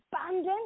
abundant